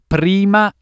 prima